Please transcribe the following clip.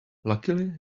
luckily